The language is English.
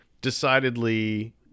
decidedly